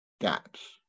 gaps